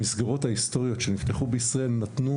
המסגרות ההיסטוריות שנפתחו בישראל נתנו,